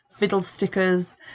Fiddlestickers